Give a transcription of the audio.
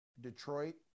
Detroit